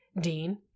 Dean